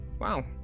wow